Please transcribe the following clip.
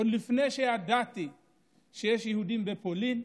עוד לפני שידעתי שיש יהודים בפולין,